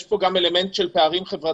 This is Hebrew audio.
יש פה גם אלמנט של פערים חברתיים,